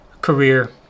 career